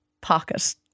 pocket